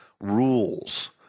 rules